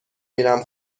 میرم